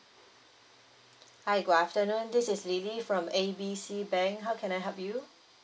hi good afternoon this is lily from A B C bank how can I help you